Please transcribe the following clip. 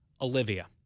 Olivia